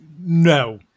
No